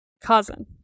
cousin